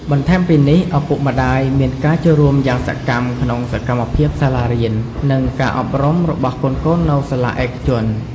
បន្ថែមពីនេះ ឪពុកម្តាយមានការចូលរួមយ៉ាងសកម្មក្នុងសកម្មភាពសាលារៀន និងការអប់រំរបស់កូនៗនៅសាលាឯកជន។